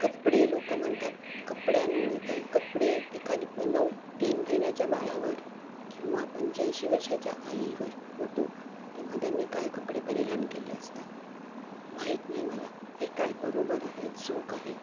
कपडे लोकं म्हणतात कपड्यांमुळे पण कपडे एखादी प नऊ तीन महिन्याच्या बाळावर किंवा पंच्याऐंशी वर्षाच्या आईवर होतो तेव्हा त्यांनी काय कपडे परिधान केले असतात माहीत नाही मला हे काय बरोबर आहे चूक आहे